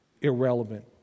irrelevant